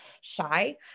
shy